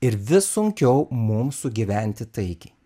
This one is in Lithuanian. ir vis sunkiau mums sugyventi taikiai